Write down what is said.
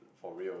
for real